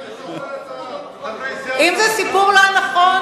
אם זה סיפור לא נכון,